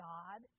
God